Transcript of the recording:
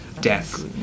death